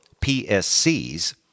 PSCs